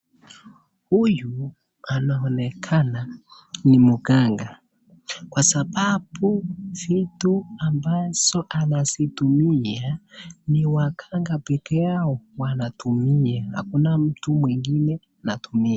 Huyu anaonekana ni mganga kwa sababu vitu ambazo anazitumia ni waganga pekee yao wanatumia hakuna mtu mwingine anatumia.